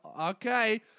okay